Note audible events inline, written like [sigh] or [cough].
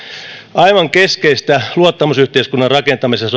aivan keskeistä luottamusyhteiskunnan rakentamisessa [unintelligible]